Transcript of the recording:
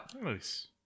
Nice